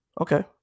Okay